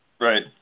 Right